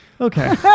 Okay